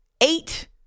eight